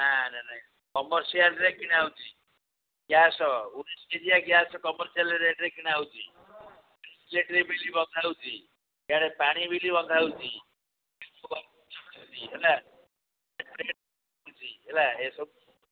ଆରେ ନାଇ କମର୍ସିଆଲ୍ରେ କିଣା ହେଉଛି ଗ୍ୟାସ୍ ଉଣେଇଶି କେଜିଆ ଗ୍ୟାସ୍ କମର୍ସିଆଲ୍ ରେଟ୍ରେ କିଣା ହେଉଛି ଇଲେକଟ୍ରି ବିଲ୍ ବନ୍ଧା ହେଉଛି ଇୟାଡ଼େ ପାଣି ବିଲ୍ ବନ୍ଧା ହେଉଛି ହେଲା ହେଲା ଏ ସବୁ